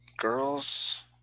Girls